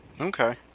Okay